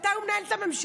מתי הוא ינהל את הממשלה?